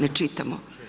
Ne čitamo.